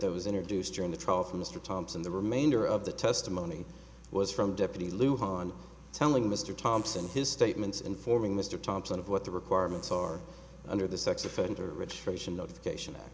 that was introduced during the trial for mr thompson the remainder of the testimony was from deputy lou hahn telling mr thompson his statements informing mr thompson of what the requirements are under the sex offender registration notification